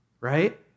right